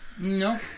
No